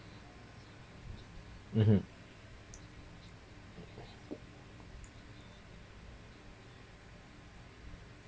mmhmm